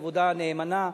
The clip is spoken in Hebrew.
עבודה נאמנה.